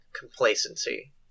complacency